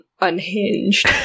unhinged